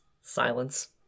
silence